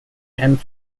and